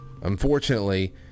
Unfortunately